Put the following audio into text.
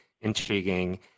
intriguing